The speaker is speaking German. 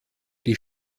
die